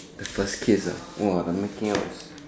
the first kiss ah !wah! the making out